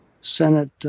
Senate